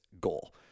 goal